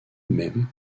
même